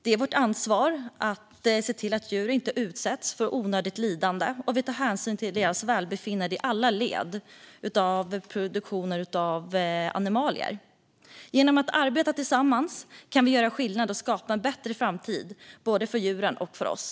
Det är vårt ansvar att se till att djur inte utsätts för onödigt lidande och att vi tar hänsyn till deras välbefinnande i alla led av produktionen av animalier. Genom att arbeta tillsammans kan vi göra skillnad och skapa en bättre framtid både för djuren och för oss.